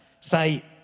say